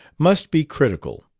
must be critical.